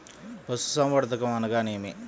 పశుసంవర్ధకం అనగానేమి?